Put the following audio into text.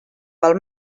pel